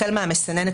החל מהסננת